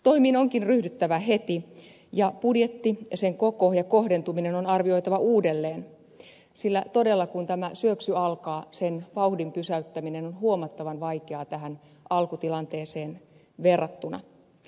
toimiin onkin ryhdyttävä heti ja budjetti sen koko ja kohdentuminen on arvioitava uudelleen sillä todella kun tämä syöksy alkaa sen vauhdin pysäyttäminen on huomattavan vaikeaa tähän alkutilanteeseen verrattuna